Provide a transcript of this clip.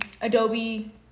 Adobe